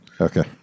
Okay